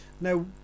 Now